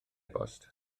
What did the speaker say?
bost